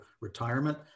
retirement